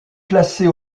classer